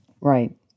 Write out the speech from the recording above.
right